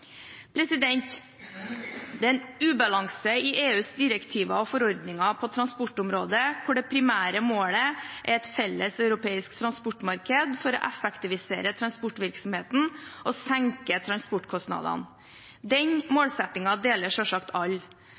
en ubalanse i EUs direktiver og forordninger på transportområdet, hvor det primære målet er et felles europeisk transportmarked for å effektivisere transportvirksomheten og senke transportkostnadene. Denne målsettingen deler